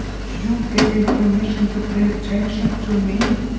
you gave him permission to pay attention to me!